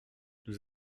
nous